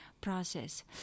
process